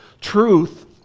Truth